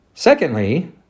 Secondly